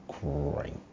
great